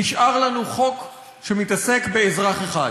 נשאר לנו חוק שמתעסק באזרח אחד,